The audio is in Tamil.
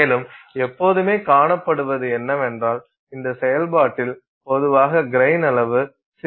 மேலும் எப்போதுமே காணப்படுவது என்னவென்றால் இந்த செயல்பாட்டில் பொதுவாக கிரைன் அளவு சிறியதாக மாறும்